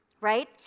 right